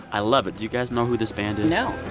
i love it. do you guys know who this band is? no